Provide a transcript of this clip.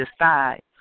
decide